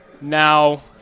now